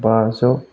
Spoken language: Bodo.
बाजौ